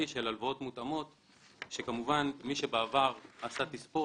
מי שבעבר עשה תספורת,